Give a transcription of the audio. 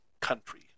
country